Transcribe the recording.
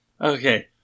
Okay